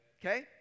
Okay